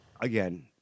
Again